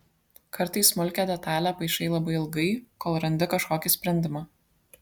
kartais smulkią detalią paišai labai ilgai kol randi kažkokį sprendimą